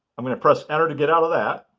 i'm going to press enter to get out of that